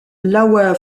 lower